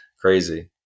crazy